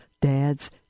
dads